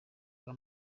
bwa